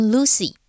Lucy